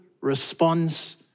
response